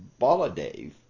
Baladev